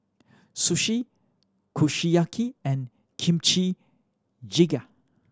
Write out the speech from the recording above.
Sushi Kushiyaki and Kimchi Jjigae